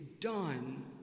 done